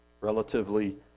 relatively